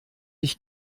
ich